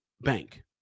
bank